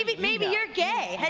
maybe you're gay.